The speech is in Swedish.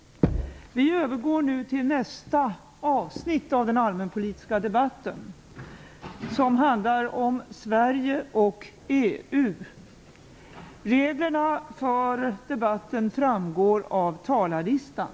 Vi övergår nu till nästa avsnitt av den allmänpolitiska debatten, som handlar om Sverige och EU. Reglerna för debatten framgår av talarlistan.